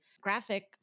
graphic